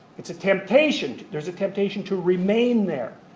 it's a temptation, there's a temptation to remain there.